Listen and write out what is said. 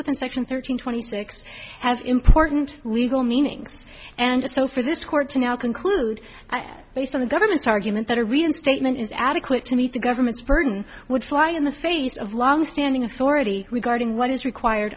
within section thirteen twenty six have important legal meanings and so for this court to now conclude based on the government's argument that a reinstatement is adequate to meet the government's burden would fly in the face of long standing authority regarding what is required